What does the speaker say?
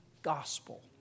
gospel